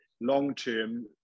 long-term